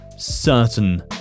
certain